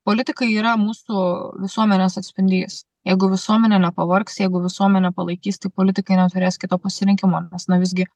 politikai yra mūsų visuomenės atspindys jeigu visuomenė nepavargs jeigu visuomenė palaikys tai politikai neturės kito pasirinkimo nes na visgi